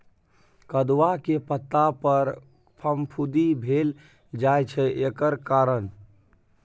कदुआ के पता पर फफुंदी भेल जाय छै एकर कारण?